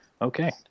Okay